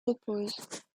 repose